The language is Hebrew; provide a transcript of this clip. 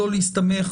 ולא להסתמך